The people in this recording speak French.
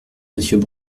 monsieur